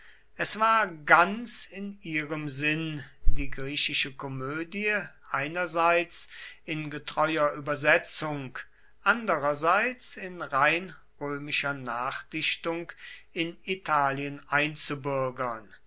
es war ganz in ihrem sinn die griechische komödie einerseits in getreuer übersetzung andererseits in rein römischer nachdichtung in italien